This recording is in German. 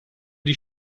die